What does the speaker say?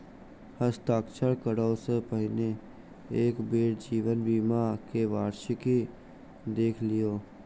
हस्ताक्षर करअ सॅ पहिने एक बेर जीवन बीमा के वार्षिकी देख लिअ